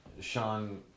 Sean